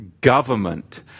government